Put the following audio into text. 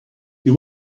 you